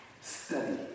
study